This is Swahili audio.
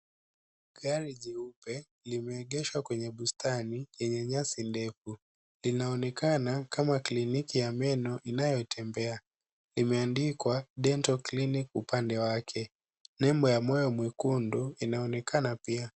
Gari jeupe limeegeshwa kwenye bustani, yenye nyasi ndefu. Linaonekana kama kliniki ya meno inayo tembea; imeandikwa; Dental Clinic upande wake. Nebo ya moyo mwekundu inaoonekana pia.